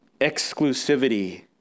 exclusivity